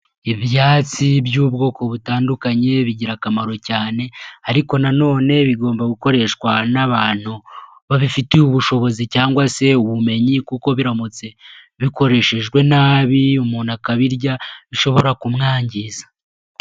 Ibyatsi by'ubwoko butandukanye bigira akamaro cyane, ariko na none bigomba gukoreshwa n'abantu babifitiye ubushobozi cyangwa se ubumenyi kuko biramutse bikoreshejwe nabi umuntu akabirya bishobora kumwangiza.